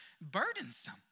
burdensome